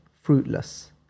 fruitless